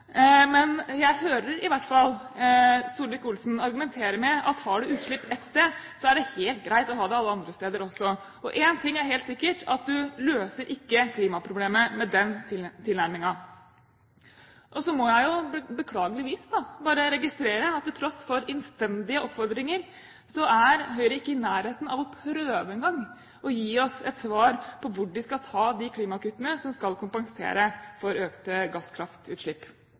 Men jeg hører i hvert fall Solvik-Olsen argumentere med at har du utslipp ett sted, så er det helt greit å ha det alle andre steder også. Og én ting er helt sikkert, at du løser ikke klimaproblemet med den tilnærmingen. Så må jeg beklageligvis bare registrere at til tross for innstendige oppfordringer er Høyre ikke i nærheten av å prøve engang å gi oss et svar på hvor de skal ta de klimakuttene som skal kompensere for økte gasskraftutslipp.